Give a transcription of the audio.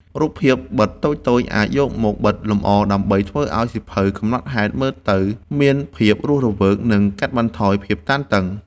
រូបភាពបិតតូចៗ អាចយកមកបិទលម្អដើម្បីធ្វើឱ្យសៀវភៅកំណត់ហេតុមើលទៅមានភាពរស់រវើក និងកាត់បន្ថយភាពតានតឹង។